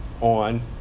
on